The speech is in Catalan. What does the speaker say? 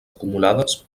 acumulades